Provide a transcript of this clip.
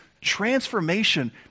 transformation